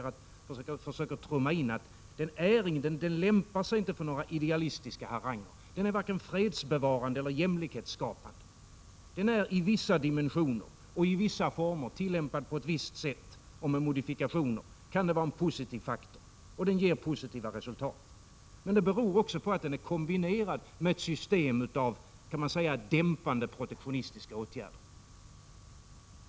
Vad jag försöker trumma in är att frihandeln inte lämpar sig för några idealistiska haranger. Den är varken fredsbevarande eller jämlikhetsskapande. I vissa dimensioner, och i vissa former och tillämpad på ett visst sätt och med modifikationer kan den vara en positiv faktor som ger positivt resultat. Men det beror också på att den är kombinerad med ett system av, kan man säga, dämpande protektionistiska åtgärder.